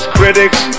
critics